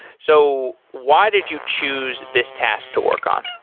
so why did you choose this task to work on?